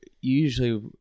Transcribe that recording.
usually